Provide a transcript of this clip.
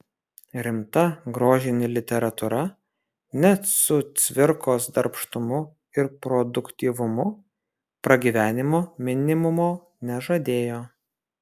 rimta grožinė literatūra net su cvirkos darbštumu ir produktyvumu pragyvenimo minimumo nežadėjo